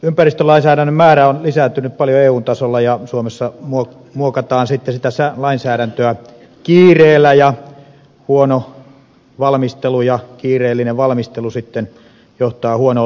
ympäristölainsäädännön määrä on lisääntynyt paljon eun tasolla ja suomessa muokataan sitten sitä lainsäädäntöä kiireellä ja huono ja kiireellinen valmistelu sitten johtaa huonoon lopputulokseen